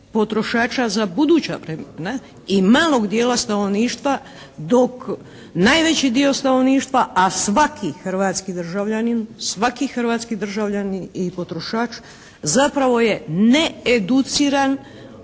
potrošača za buduća vremena i malog dijela stanovništva dok najveći dio stanovništva, a svaki hrvatski državljanin, svaki hrvatskih državljanin i potrošač zapravo je needuciran